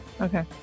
Okay